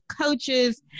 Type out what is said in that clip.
Coaches